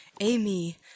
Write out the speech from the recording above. Amy